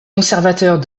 conservateurs